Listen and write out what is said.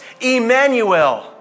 Emmanuel